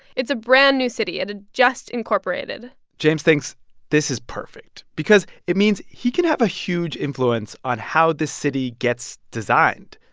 it's a brand-new city, and it just incorporated james thinks this is perfect because it means he can have a huge influence on how this city gets designed.